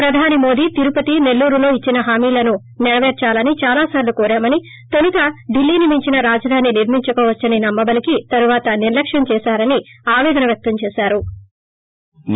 ప్రధాని మోదీ తిరుపతి నెల్లూరులో ఇచ్చిన హామీలను సెరపేర్సాలని దాలాసార్లు కోరామని తొలుత దిల్లీని మించిన రాజధాని నిర్మించుకోవచ్చని నమ్మబలికి తరువాత నిర్లక్ష్యం చేశారని ఆవేదన వ్యక్తం చేశారు